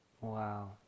Wow